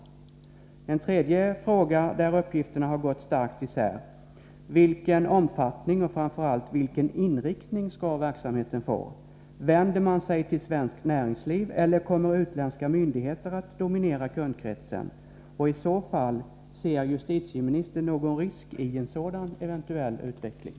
En tredje frågeställning där uppgifterna har gått starkt isär är denna: Vilken omfattning, och framför allt vilken inriktning, skall verksamheten få? Vänder man sig till svenskt näringsliv, eller kommer utländska myndigheter att dominera kundkretsen? I så fall: Ser justitieministern någon risk i en sådan eventuell utveckling?